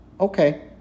Okay